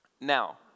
Now